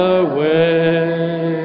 away